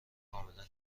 کاملا